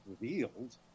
revealed